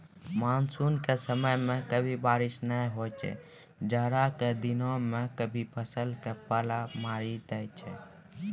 monsoon के समय मॅ कभी बारिश नाय होय छै, जाड़ा के दिनों मॅ कभी फसल क पाला मारी दै छै